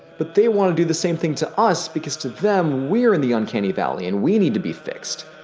but they want to do the same thing to us because to them we're in the uncanny valley and we need to be fixed.